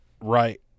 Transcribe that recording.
right